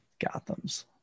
Gothams